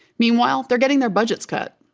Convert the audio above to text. meanwhile, they're getting their budgets cut.